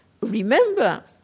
remember